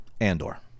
Andor